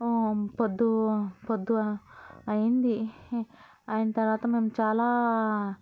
పొద్దు పొద్దుగ అయింది అయినా తరువాత మేము చాలా